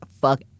fuck